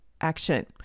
action